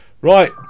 Right